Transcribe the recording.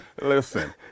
listen